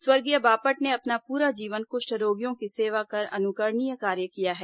स्वर्गीय बापट ने अपना पूरा जीवन कृष्ठ रोगियों की सेवा कर अनुकरणीय कार्य किया है